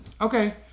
Okay